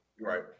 right